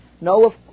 No